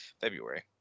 February